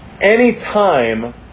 anytime